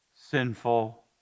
sinful